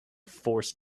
forced